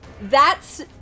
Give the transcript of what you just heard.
That's-